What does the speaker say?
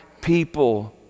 people